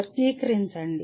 వర్గీకరించండి